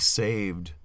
saved